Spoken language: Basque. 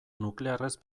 nuklearrez